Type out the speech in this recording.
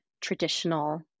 traditional